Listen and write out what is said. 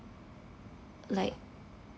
like